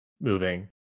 moving